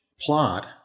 plot